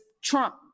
Trump